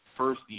First